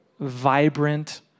vibrant